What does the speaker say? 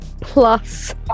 plus